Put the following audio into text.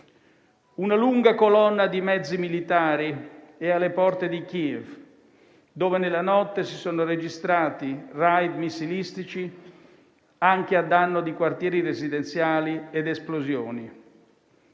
una lunga colonna di mezzi militari è alle porte di Kiev, dove nella notte si sono registrati *raid* missilistici anche a danno di quartieri residenziali ed esplosioni.